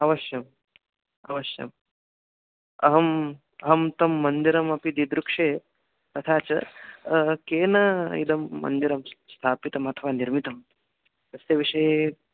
अवश्यम् अवश्यम् अहम् अहं तत् मन्दिरमपि दिदृक्षे तथा च केन इदं मन्दिरं स्थापितमथवा निर्मितं तस्य विषये